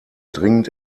dringend